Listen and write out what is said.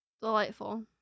delightful